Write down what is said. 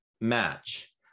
match